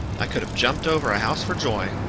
i could have jumped over a house for joy,